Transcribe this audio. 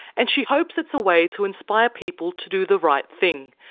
and she hopes it's a way to inspire people to do the right thing.